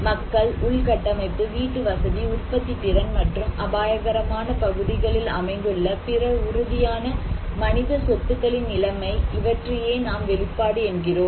மக்கள் உள்கட்டமைப்பு வீட்டுவசதி உற்பத்தி திறன் மற்றும் அபாயகரமான பகுதிகளில் அமைந்துள்ள பிற உறுதியான மனித சொத்துக்களின் நிலைமை இவற்றையே நாம் வெளிப்பாடு என்கிறோம்